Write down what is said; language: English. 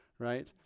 right